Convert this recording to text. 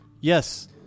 Yes